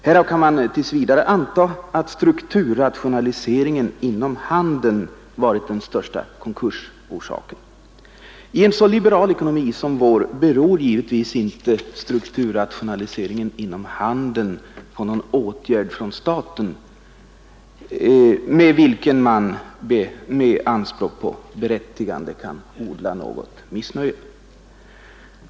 Härav kan man tills vidare anta att strukturrationaliseringen inom handeln varit den främsta konkursorsaken. I en så liberal ekonomi som vår beror naturligtvis inte strukturrationaliseringen inom handeln på någon åtgärd från staten, i fråga om vilken man med berättigande kan odla något missnöje.